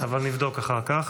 אבל נבדוק אחר כך.